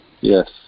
Yes